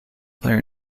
player